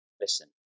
Listen